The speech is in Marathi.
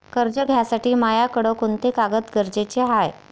कर्ज घ्यासाठी मायाकडं कोंते कागद गरजेचे हाय?